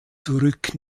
zurück